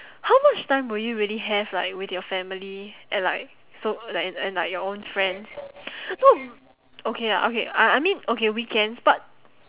how much time would you really have like with your family and like so like and like your own friends no okay ah okay I I mean okay weekends but